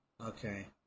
Okay